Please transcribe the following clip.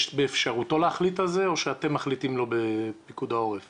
האם יש באפשרותו להחליט על זה או שאתם בפיקוד העורף